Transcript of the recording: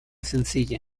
sencilla